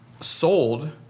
sold